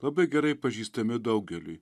labai gerai pažįstami daugeliui